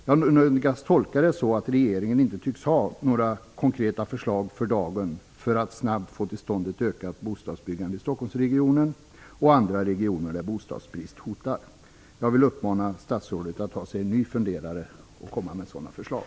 Jag nödgas tolka det så, att regeringen för dagen inte tycks ha några konkreta förslag för att snabbt få till stånd ett ökat bostadsbyggande i Stockholmsregionen och andra regioner där bostadsbrist hotar. Jag vill uppmana statsrådet att ta sig en ny funderare och återkomma med sådana förslag.